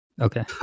Okay